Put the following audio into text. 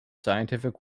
scientific